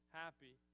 happy